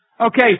Okay